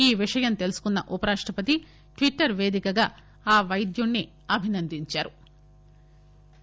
ఈ విషయం తెలుసుకున్న ఉపరాష్టపతి ట్విట్టర్ వేధికగా ఆ పైద్యుడిని అభినందించారు